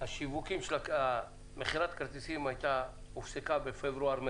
מכירת הכרטיסים הופסקה בפברואר-מרס.